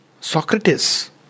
Socrates